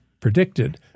predicted